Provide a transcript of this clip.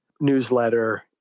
newsletter